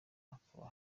hakaba